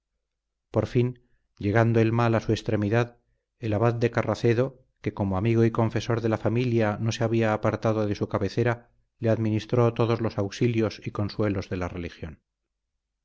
por fin llegando el mal a su extremidad el abad de carracedo que como amigo y confesor de la familia no se había apartado de su cabecera le administró todos los auxilios y consuelos de la religión